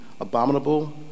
abominable